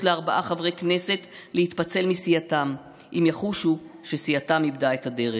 לארבעה חברי כנסת להתפצל מסיעתם אם יחושו שסיעתם איבדה את הדרך.